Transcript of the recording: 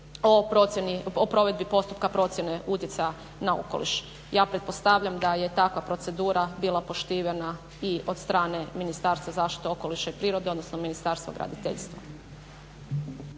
o provedbi postupka procjene utjecaja na okoliš. Ja pretpostavljam da je takva procedura bila poštivana i od strane Ministarstva zaštite okoliša i prirode, odnosno Ministarstva graditeljstva.